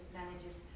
manages